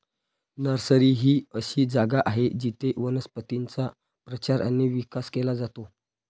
nursery ही अशी जागा आहे जिथे वनस्पतींचा प्रचार आणि विकास केला जातो